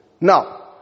Now